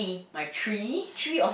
my tree